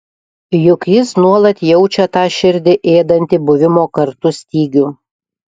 juk jis nuolat jaučia tą širdį ėdantį buvimo kartu stygių